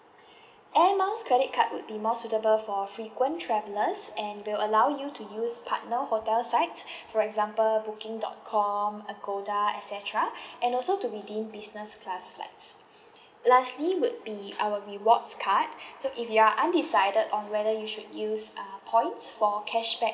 air miles credit card would be more suitable for frequent travellers and will allow you to use partner hotel sites for example booking dot com agoda et cetera and also to redeem business class flights lastly would be our rewards card so if you are undecided on whether you should use uh points for cashback